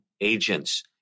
agents